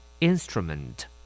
instrument